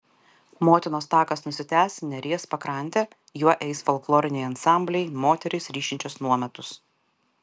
motinos takas nusitęs neries pakrante juo eis folkloriniai ansambliai moterys ryšinčios nuometus